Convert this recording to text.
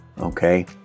Okay